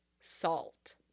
salt